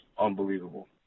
Unbelievable